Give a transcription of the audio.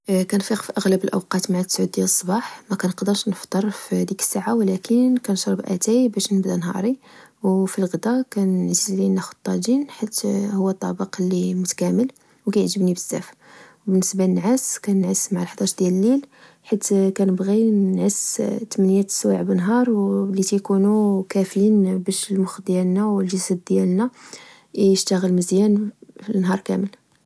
كنفيق في أغلب الأوقات مع تسعود ديال الصباح، مكنقدرش نفطر فديك الساعة ولكن كنشرب أتاي باش نبدى نهاري. وفي الغذا، كناخد طاجين حيث هو طبق لمتكامل وكيعجبني بزاف. بالنسبة لنعاس، كننعس مع الحضاش ديال الليل، حيت كنبغي نعس تمنية سوايع بنهار، واللي تكونو كافين باش للمخ ديالنا و الجسد ديالنا يشتغل مزيان النهار كامل